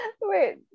Wait